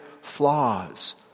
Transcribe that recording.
flaws